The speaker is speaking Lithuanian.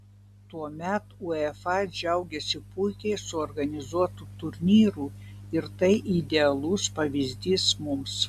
tuomet uefa džiaugėsi puikiai suorganizuotu turnyru ir tai idealus pavyzdys mums